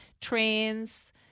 trains